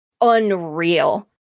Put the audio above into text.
unreal